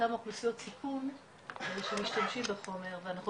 אותן אוכלוסיות סיכון שמשתמשים בחומר ואנחנו